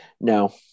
no